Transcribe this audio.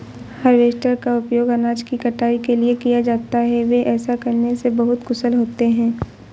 harvester का उपयोग अनाज की कटाई के लिए किया जाता है, वे ऐसा करने में बहुत कुशल होते हैं